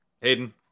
Hayden